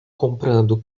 comprando